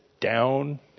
down